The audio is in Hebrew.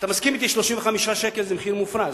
אתה מסכים אתי ש-35 שקלים זה מחיר מופרז?